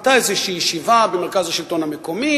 היתה איזו ישיבה במרכז השלטון המקומי,